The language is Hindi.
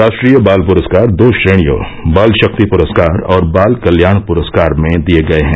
राष्ट्रीय बाल पुरस्कार दो श्रेणियों बाल शक्ति पुरस्कार और बाल कल्याण पुरस्कार में दिये गये हैं